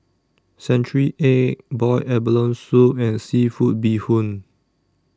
Century Egg boiled abalone Soup and Seafood Bee Hoon